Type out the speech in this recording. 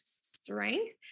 strength